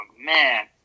man